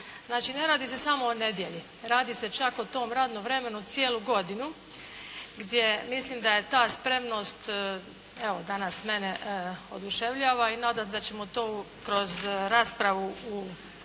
Znači ne radi se samo o nedjelji, radi se čak o tom radnom vremenu cijelu godinu gdje mislim da je ta spremnost evo danas mene oduševljava i nadam se da ćemo to kroz raspravu do